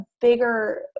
bigger